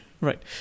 Right